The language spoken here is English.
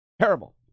Terrible